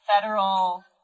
federal